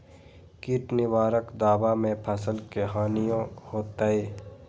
किट निवारक दावा से फसल के हानियों होतै?